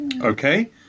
Okay